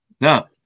No